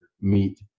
meet